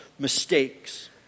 mistakes